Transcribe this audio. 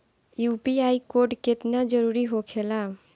UPI code केतना जरुरी होखेला?